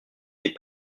des